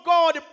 God